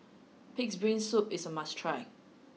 Pig'S brain soup is a must try